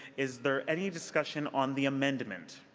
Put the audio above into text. is there any discussion on the amendment?